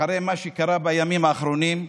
אחרי מה שקרה בימים האחרונים,